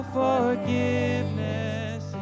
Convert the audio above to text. forgiveness